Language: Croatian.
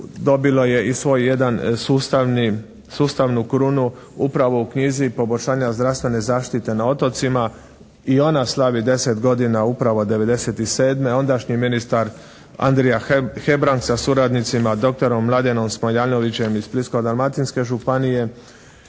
dobilo je i svoj jedan sustavnu krunu upravo u knjizi poboljšanja zdravstvene zaštite na otocima, i ona slavi 10 godina upravo '97. Ondašnji ministar Andrija Hebrang sa suradnicima dr. Mladenom Smoljanovićem iz Splitsko-dalmatinske županije